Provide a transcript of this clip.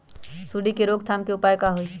सूंडी के रोक थाम के उपाय का होई?